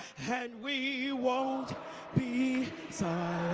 and we won't be